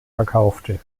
verkaufte